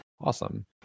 Awesome